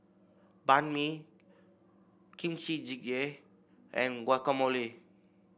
Banh Mi Kimchi Jjigae and Guacamole